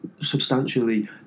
Substantially